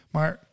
Maar